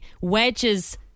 Wedges